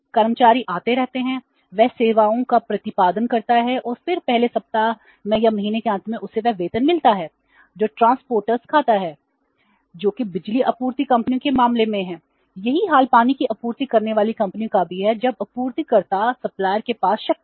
कर्मचारी आते रहते हैं वह सेवाओं का प्रतिपादन करता है और फिर पहले सप्ताह में या महीने के अंत में उसे वह वेतन मिलता है जो ट्रांसपोर्टर्स खाता है जो कि बिजली आपूर्ति कंपनियों के मामले में है यही हाल पानी की आपूर्ति करने वाली कंपनियों का भी है जब आपूर्तिकर्ता के पास शक्ति हो